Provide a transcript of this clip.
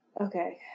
Okay